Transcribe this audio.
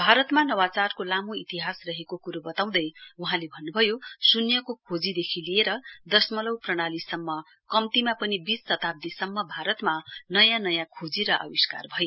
भारतमा नवाचारको लामो इतिहास रहेको क्रो बताउँदै वहाँले भन्नुभयो शून्यको खोजीदेखि लिएर दशमलउ प्रणालीसम्म कम्तीमा पनि बीस शताब्दीसम्म भारतमा नयाँ नयाँ खोजी र आविष्कार भए